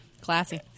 Classy